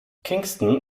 kingston